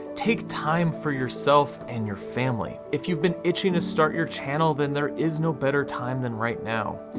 take time for yourself and your family. if you've been itching to start your channel, then there is no better time than right now.